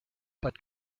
but